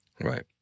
Right